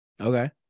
Okay